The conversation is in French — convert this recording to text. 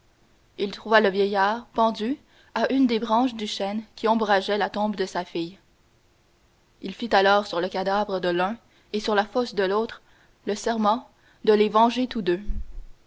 il trouva le vieillard pendu à une des branches du chêne qui ombrageait la tombe de sa fille il fit alors sur le cadavre de l'un et sur la fosse de l'autre le serment de les venger tous deux